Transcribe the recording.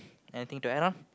anything to add on